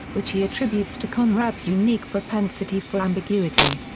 which he attributes to conrad's unique propensity for ambiguity.